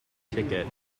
ticket